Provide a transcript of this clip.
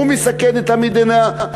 הוא מסכן את המדינה?